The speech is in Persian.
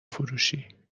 فروشی